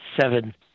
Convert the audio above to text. seven